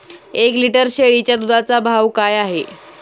एक लिटर शेळीच्या दुधाचा भाव काय आहे?